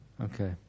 Okay